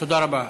תודה רבה.